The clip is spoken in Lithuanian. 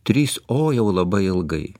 trys o jau labai ilgai